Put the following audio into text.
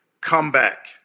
comeback